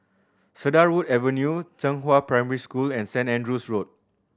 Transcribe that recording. Cedarwood Avenue Zhenghua Primary School and Saint Andrew's Road